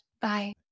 Bye